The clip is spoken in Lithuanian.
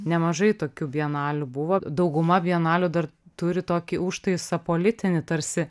nemažai tokių bienalių buvo dauguma bienalių dar turi tokį užtaisą politinį tarsi